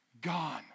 Gone